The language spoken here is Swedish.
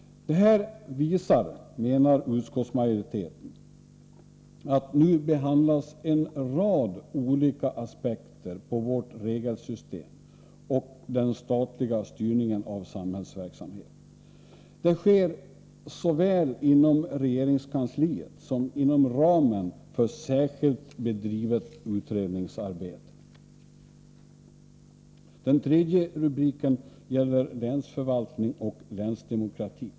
Det här visar — menar utskottsmajoriteten — att nu behandlas vårt regelsystem och den statliga styrningen av samhällsverksamheten ur en rad olika aspekter. Det sker såväl inom regeringskansliet som inom ramen för särskilt bedrivet utredningsarbete. Det tredje avsnittet gäller länsförvaltning och länsdemokrati.